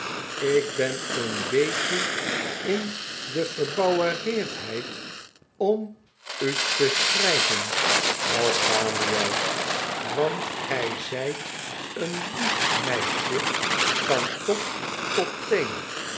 ik ben een beetje in de verbouwereerdheid om u te schrijven las samuel want gij zijt een lief meisje van top tot teen